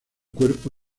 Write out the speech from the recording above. cuerpo